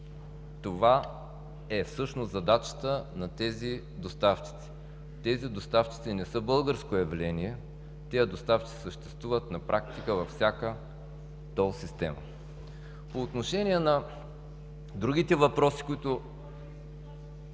Това е всъщност задачата на тези доставчици. Тези доставчици не са българско явление, те съществуват на практика във всяка тол система. По отношение на другите въпроси, които…